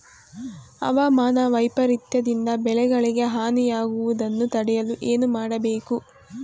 ಹವಾಮಾನ ವೈಪರಿತ್ಯ ದಿಂದ ಬೆಳೆಗಳಿಗೆ ಹಾನಿ ಯಾಗುವುದನ್ನು ತಡೆಯಲು ಏನು ಮಾಡಬೇಕು?